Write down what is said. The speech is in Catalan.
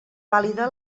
vàlida